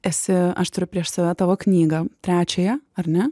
esi aš turiu prieš save tavo knygą trečiąją ar ne